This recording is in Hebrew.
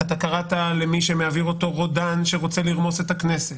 קראת למי שמעביר אותו רודן שרוצה לרמוס את הכנסת.